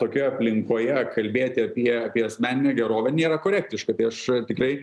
tokioje aplinkoje kalbėti apie apie asmeninę gerovę nėra korektiška tai aš tikrai